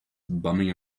bumming